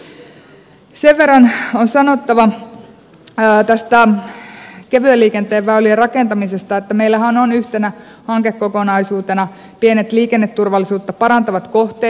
sen verran on sanottava tästä kevyen liikenteen väylien rakentamisesta että meillähän on yhtenä hankekokonaisuutena pienet liikenneturvallisuutta parantavat kohteet